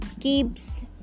keeps